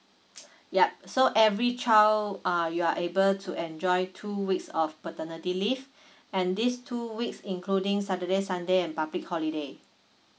yup so every child uh you are able to enjoy two weeks of paternity leave and these two weeks including saturday sunday and public holiday